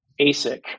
ASIC